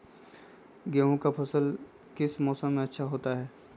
गेंहू का फसल किस मौसम में अच्छा होता है?